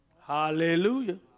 Hallelujah